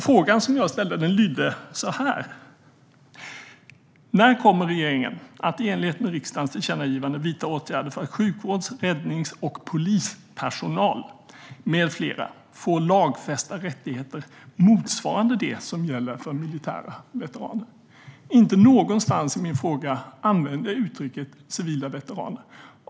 Frågan som jag ställde lydde: När kommer regeringen att i enlighet med riksdagens tillkännagivande vidta åtgärder för att sjukvårds, räddnings och polispersonal med flera får lagfästa rättigheter motsvarande det som gäller för militära veteraner? Inte någonstans i min fråga använder jag uttrycket civila veteraner.